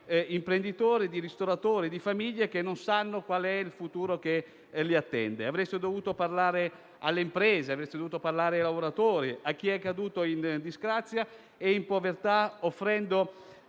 imprenditori, di ristoratori e famiglie che non sanno qual è il futuro che li attende. Avreste dovuto parlare alle imprese. Avreste dovuto parlare ai lavoratori, a chi è caduto in disgrazia e in povertà, offrendo